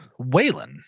Waylon